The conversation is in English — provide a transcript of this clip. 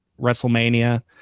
wrestlemania